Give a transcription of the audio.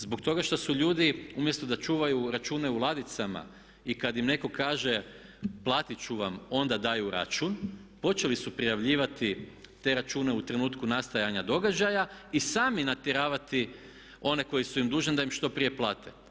Zbog toga što su ljudi umjesto da čuvaju račune u ladicama i kad im netko kaže platiti ću vam onda daju račun počeli su prijavljivati te račune u trenutku nastajanja događaja i sami natjeravati one koji su im dužni da im što prije plate.